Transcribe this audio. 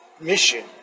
mission